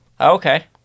Okay